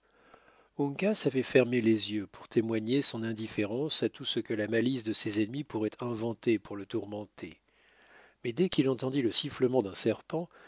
avait fermé les yeux pour témoigner son indifférence à tout ce que la malice de ses ennemis pourrait inventer pour le tourmenter mais dès qu'il entendit le sifflement d'un serpent